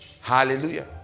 hallelujah